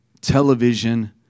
television